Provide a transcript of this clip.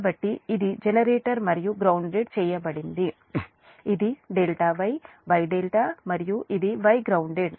కాబట్టి ఇది జనరేటర్ మరియు గ్రౌన్దేడ్ చేయబడింది ఇది ∆ Y Y ∆ మరియు ఇది Y గ్రౌన్దేడ్